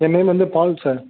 ஏன் நேம் வந்து Paul sir